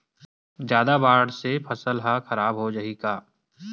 जादा बाढ़ से फसल ह खराब हो जाहि का?